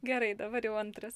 gerai dabar jau antras